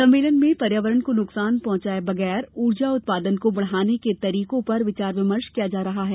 सम्मेलन में पर्यावरण को नुकसान पहुंचाये बगैर ऊर्जा उत्पादन को बढ़ाने के तरीको पर विचार विमर्श किया जा रहा है